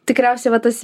tikriausiai va tas